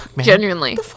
genuinely